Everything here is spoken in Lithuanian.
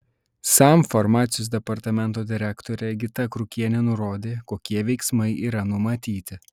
sam farmacijos departamento direktorė gita krukienė nurodė kokie veiksmai yra numatyti